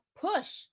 push